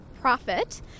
profit